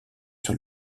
sur